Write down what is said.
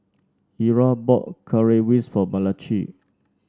Eura bought Currywurst for Malachi